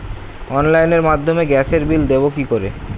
অনলাইনের মাধ্যমে গ্যাসের বিল দেবো কি করে?